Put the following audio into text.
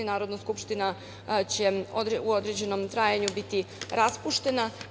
Narodna skupština će u određenom trajanju biti raspuštena.